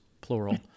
plural